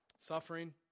Suffering